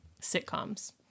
sitcoms